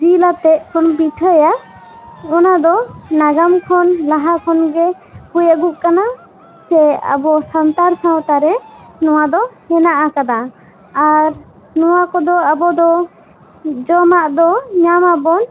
ᱡᱤᱞ ᱟᱛᱮᱜ ᱵᱚᱱ ᱯᱤᱴᱷᱟᱹᱭᱟ ᱚᱱᱟ ᱫᱚ ᱱᱟᱜᱟᱢ ᱠᱷᱚᱱ ᱞᱟᱦᱟ ᱠᱷᱚᱱ ᱜᱮ ᱦᱩᱭ ᱟᱹᱜᱩᱜ ᱠᱟᱱᱟ ᱥᱮ ᱟᱵᱚ ᱥᱟᱱᱛᱟᱲ ᱥᱟᱶᱛᱟ ᱨᱮ ᱱᱚᱣᱟ ᱫᱚ ᱦᱮᱱᱟᱜ ᱟᱠᱟᱫᱟ ᱟᱨ ᱱᱚᱣᱟ ᱠᱚᱫᱚ ᱟᱵᱚ ᱫᱚ ᱡᱚᱢᱟᱜ ᱫᱚ ᱧᱟᱢᱟᱵᱚᱱ